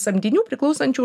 samdinių priklausančių